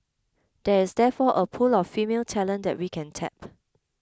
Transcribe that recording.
there is therefore a pool of female talent that we can tap